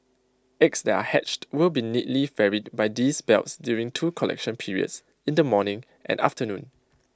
eggs that are hatched will be neatly ferried by these belts during two collection periods in the morning and afternoon